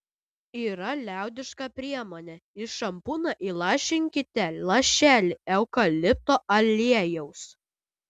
yra liaudiška priemonė į šampūną įlašinkite lašelį eukalipto aliejaus